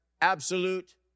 absolute